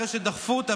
אחרי שדחפו אותה,